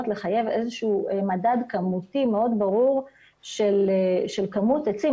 לחייב איזשהו מדד כמותי מאוד ברור של כמות עצים.